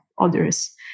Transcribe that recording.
others